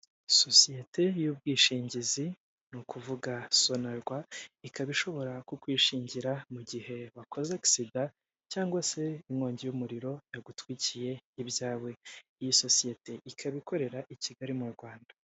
Sosiyete y'ubwishingizi ni ukuvuga sonarwa ikaba ishobora kukwishingira mu gihe wakoze agisida cyangwa se inkongi y'umuriro yagutwikiye ibyawe iyi sosiyete ikaba ikorera i Kigali mu Rwanda.